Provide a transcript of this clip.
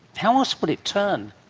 how else would it turn,